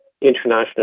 international